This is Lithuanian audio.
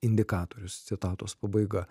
indikatorius citatos pabaiga